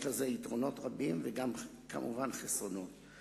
יש לזה יתרונות רבים וגם, כמובן, חסרונות.